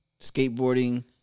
Skateboarding